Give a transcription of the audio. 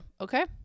Okay